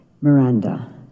Miranda